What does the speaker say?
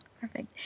Perfect